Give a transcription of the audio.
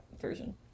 version